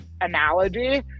analogy